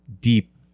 deep